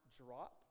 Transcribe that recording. drop